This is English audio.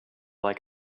like